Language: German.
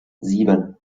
sieben